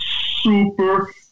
super